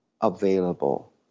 available